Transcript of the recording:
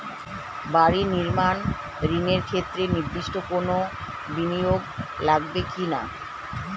বাড়ি নির্মাণ ঋণের ক্ষেত্রে নির্দিষ্ট কোনো বিনিয়োগ লাগবে কি না?